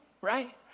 right